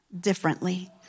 differently